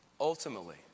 Ultimately